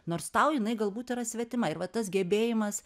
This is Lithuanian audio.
nors tau jinai galbūt yra svetima ir va tas gebėjimas